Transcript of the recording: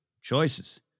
Choices